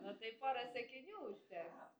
nu tai pora sakinių užteks